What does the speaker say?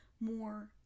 more